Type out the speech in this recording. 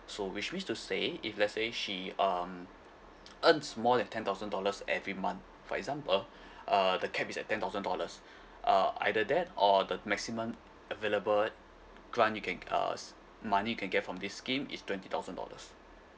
so which means to say if let's say she um earns more than ten thousand dollars every month for example uh the cap is at ten thousand dollars uh either that or the maximum available grant you can g~ uh money you can get from this scheme is twenty thousand dollars